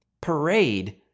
parade